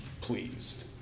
pleased